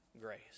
grace